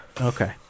Okay